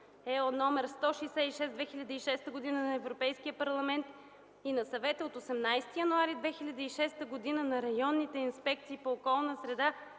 (ЕО) № 166/2006 на Европейския парламент и на Съвета от 18 януари 2006 г., на районните инспекции по околната среда